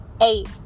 Eight